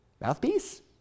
mouthpiece